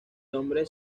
nombre